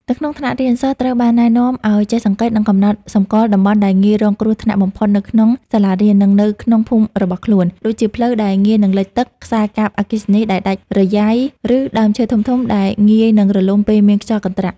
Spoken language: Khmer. នៅក្នុងថ្នាក់រៀន សិស្សត្រូវបានណែនាំឱ្យចេះសង្កេត និងកំណត់សម្គាល់តំបន់ដែលងាយរងគ្រោះបំផុតនៅក្នុងសាលារៀន និងនៅក្នុងភូមិរបស់ខ្លួន ដូចជាផ្លូវដែលងាយនឹងលិចទឹក ខ្សែកាបអគ្គិសនីដែលដាច់រយ៉ៃ ឬដើមឈើធំៗដែលងាយនឹងរលំពេលមានខ្យល់កន្ត្រាក់។